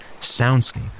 soundscape